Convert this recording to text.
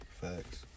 Facts